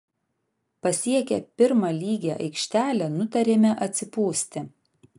pasiekę pirmą lygią aikštelę nutarėme atsipūsti